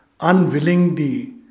unwillingly